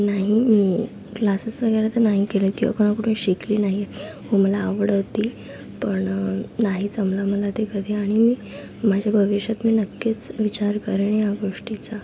नाही मी क्लासेस वगैरे तर नाही केलेत किंवा कुणाकडून शिकले नाही हो मला आवड होती पण नाही जमलं मला ते कधी आणि मी माझ्या भविष्यात मी नक्कीच विचार करेन ह्या गोष्टीचा